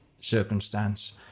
circumstance